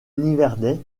nivernais